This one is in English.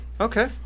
Okay